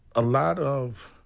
a lot of.